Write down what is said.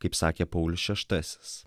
kaip sakė paulius šeštasis